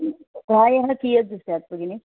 प्रायः कियद् स्यात् भगिनि